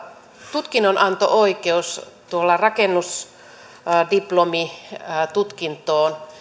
tutkinnonanto oikeus rakennusalan diplomitutkintoon